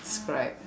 ~scribe